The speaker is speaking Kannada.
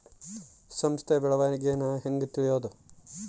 ಸಂಸ್ಥ ಬೆಳವಣಿಗೇನ ಹೆಂಗ್ ತಿಳ್ಯೇದು